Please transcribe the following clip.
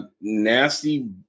nasty